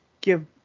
give